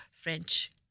French